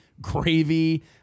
gravy